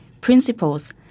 principles